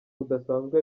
budasanzwe